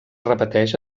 repeteix